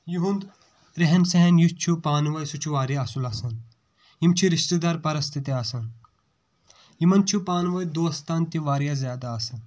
یِہُنٛد ریٚہن سیٚہن یُس چھُ پانہٕ ؤنۍ سُہ چھُ واریاہ اَصل آسان یِم چھِ رِشتدار پرست تہ آسان یِمن چھُ پانہٕ ؤنۍ دوستن تہِ واریاہ زیادٕ آسان